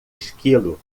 esquilo